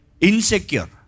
Insecure